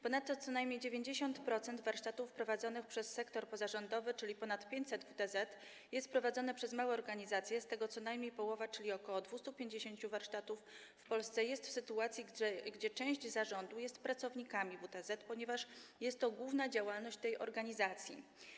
Ponadto co najmniej 90% warsztatów prowadzonych przez sektor pozarządowy, czyli ponad 500 WTZ, jest prowadzonych przez małe organizacje, z tego co najmniej połowa, czyli ok. 250 warsztatów w Polsce, jest w sytuacji, kiedy część osób z zarządu jest pracownikami WTZ, ponieważ jest to główna działalność tej organizacji.